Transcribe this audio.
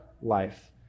life